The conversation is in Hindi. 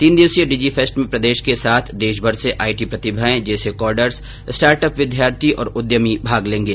तीन दिवसीय डिजीफेस्ट में प्रदेश के साथ देशमर से आई टी प्रतिमाएं जैसे कोडर्स स्टार्टअप विद्यार्थी और उद्यमी भाग लेंगे